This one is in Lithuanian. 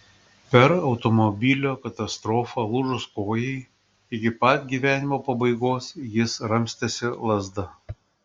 per automobilio katastrofą lūžus kojai iki pat gyvenimo pabaigos jis ramstėsi lazda